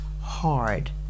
hard